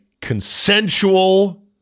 consensual